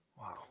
wow